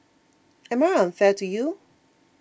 am I unfair to you